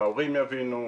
ההורים יבינו,